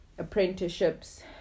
apprenticeships